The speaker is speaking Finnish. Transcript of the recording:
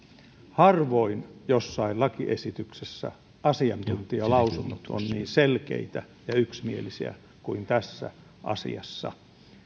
harvoin jossain lakiesityksessä asiantuntijalausunnot ovat niin selkeitä ja yksimielisiä kuin tässä asiassa